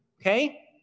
okay